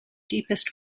deepest